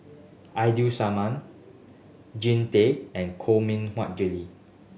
Ida Simmon Jean Tay and Koh Mui Hiang Julie